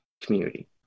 community